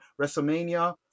WrestleMania